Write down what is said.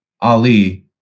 Ali